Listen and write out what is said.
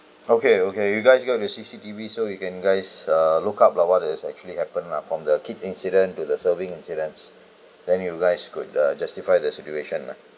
okay okay you guys got the C_C_T_V so you can guys uh look up lah what is actually happened up from the kid incident to the serving incidents than you guys could uh justify the situation lah